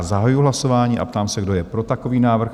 Zahajuji hlasování a ptám se, kdo je pro takový návrh?